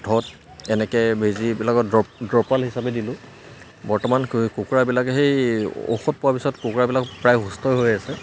ওঠত এনেকে বেজিবিলাকত দ্ৰপ দ্ৰপাল হিচাপে দিলোঁ বৰ্তমান কুকুৰাবিলাকে সেই ঔষধ পোৱাৰ পিছত কুকুৰাবিলাক প্ৰায় সুস্থ হৈ আছে